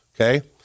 okay